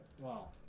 Wow